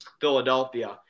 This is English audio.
Philadelphia